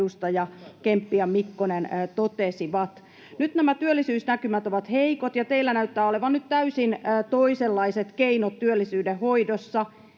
edustajat Kemppi ja Mikkonen totesivat. Nyt nämä työllisyysnäkymät ovat heikot, ja teillä näyttää olevan nyt täysin toisenlaiset keinot työllisyyden hoidossa: